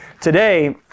Today